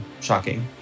shocking